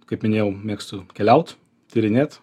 kaip minėjau mėgstu keliaut tyrinėt